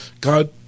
God